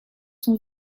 sont